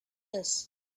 this